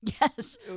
Yes